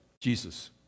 Jesus